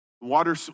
Water